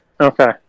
Okay